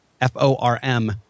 F-O-R-M